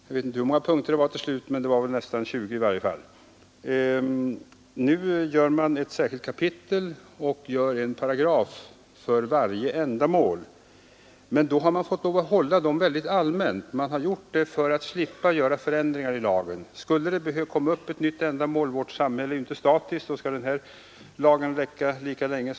Jag vet inte hur många punkter det blev till slut, men i varje fall var det omkring ett tjugotal. Nu gör man ett särskilt kapitel och har en paragraf för varje ändamål. Man har då fått lov att hålla dessa regler mycket allmänt. Detta har man gjort för att slippa göra förändringar i lagen. Skulle det komma upp ett nytt ändamål, kan man göra en del tillägg utan att bryta hela paragrafordningen.